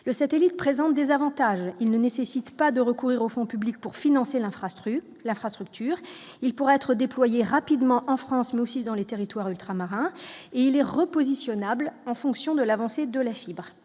le satellite présente des avantages, il ne nécessite pas de recourir aux fonds publics pour financer l'infrastructure la fera structure, il pourrait être déployée rapidement en France mais aussi dans les territoires ultramarins et les repositionnent arable en fonction de l'avancée de la fibre